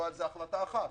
זו החלטה אחת,